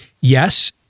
yes